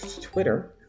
Twitter